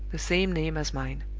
the same name as mine.